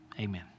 Amen